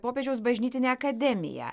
popiežiaus bažnytinę akademiją